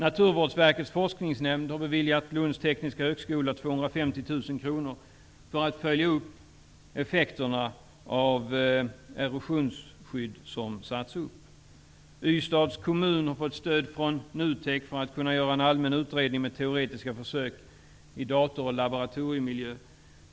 Naturvårdsverkets forskningsnämnd har beviljat Ystads kommun har fått stöd från NUTEK för att kunna göra en allmän utredning med teoretiska försök i datoroch laboratoriemiljö.